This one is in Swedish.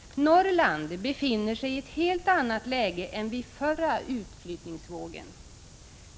Norrland befinner sig nu i ett helt annat läge än vid förra utflyttningsvågen.